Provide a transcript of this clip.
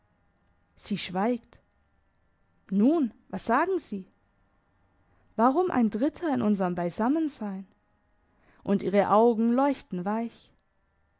sie schweigt nun was sagen sie warum ein dritter in unserm beisammensein und ihre augen leuchten weich